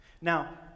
Now